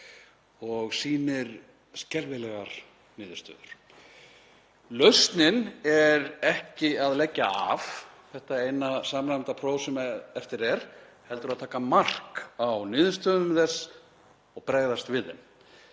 og sýnir skelfilegar niðurstöður. Lausnin er ekki að leggja af þetta eina samræmda próf sem eftir er heldur að taka mark á niðurstöðum þess og bregðast við þeim.